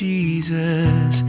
Jesus